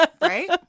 Right